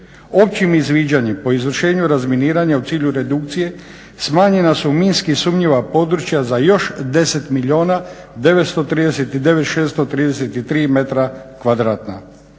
Općim izviđanjem po izvršenju razminiranja u cilju redukcije smanjena su minski sumnjiva područja za još 10